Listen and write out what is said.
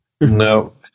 No